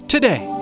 Today